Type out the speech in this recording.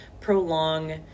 prolong